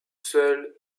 seul